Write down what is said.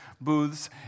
booths